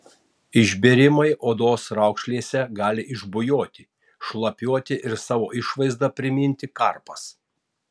išbėrimai odos raukšlėse gali išbujoti šlapiuoti ir savo išvaizda priminti karpas